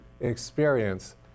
experience